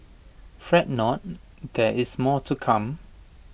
fret not there is more to come